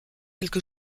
quelque